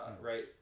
right